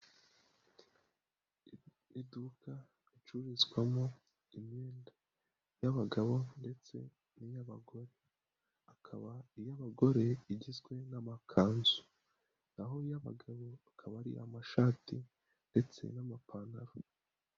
Iduka ricururizwamo imyenda y'abagabo ndetse n'iy'abagore, akaba iy'abagore igizwe n'amakanzu, naho iy'abagabo, akaba ari iy'amashati ndetse n'amapantaro.